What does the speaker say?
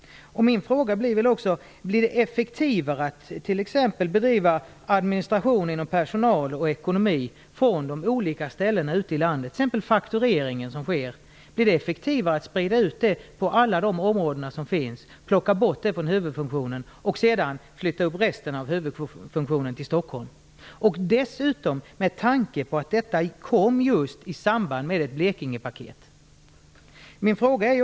Blir det effektivare att t.ex. bedriva administration av personal och ekonomi från de olika orterna ute i landet? Blir det t.ex. effektivare att sprida ut faktureringen från huvudfunktionen till olika delar av landet och flytta upp resten av huvudfunktionen till Stockholm? Dessutom kom detta i samband med ett Blekingepaket.